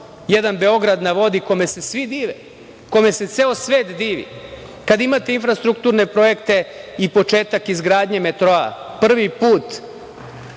jedan „Beograd na vodi“ kome se svi dive, kome se ceo svet divi, kad imate infrastrukturne projekte i početak izgradnje metroa, prvi put